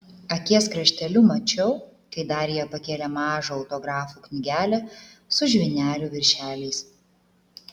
akies krašteliu mačiau kai darija pakėlė mažą autografų knygelę su žvynelių viršeliais